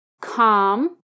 Calm